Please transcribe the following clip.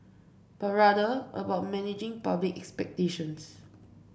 but rather about managing public expectations